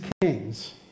kings